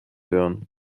hören